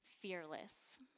Fearless